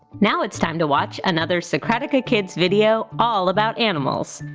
now it's time to watch another socratica kids video all about animals.